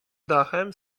dachem